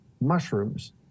mushrooms